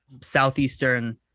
Southeastern